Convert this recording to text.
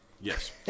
Yes